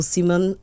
Simon